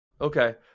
okay